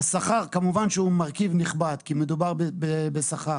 השכר, כמובן שהוא מרכיב נכבד כי מדובר בשכר.